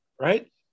right